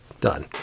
Done